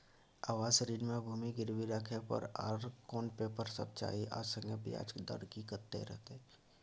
आवास ऋण म भूमि गिरवी राखै पर आर कोन पेपर सब चाही आ संगे ब्याज दर कत्ते रहते?